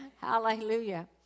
Hallelujah